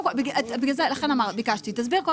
לכן ביקשתי שתסביר.